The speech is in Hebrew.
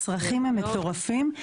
הצרכים הם מטורפים.